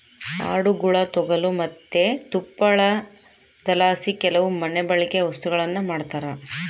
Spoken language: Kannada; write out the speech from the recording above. ಆಡುಗುಳ ತೊಗಲು ಮತ್ತೆ ತುಪ್ಪಳದಲಾಸಿ ಕೆಲವು ಮನೆಬಳ್ಕೆ ವಸ್ತುಗುಳ್ನ ಮಾಡ್ತರ